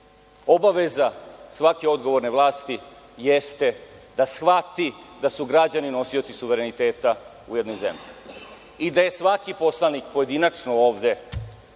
svake odgovorne vlasti jeste da shvati da su građani nosioci suvereniteta u jednoj zemlji i da je svaki poslanik pojedinačno ovde